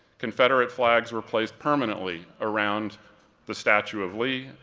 confederate flags were placed permanently around the statue of lee,